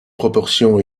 proportion